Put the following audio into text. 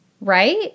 right